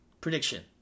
Prediction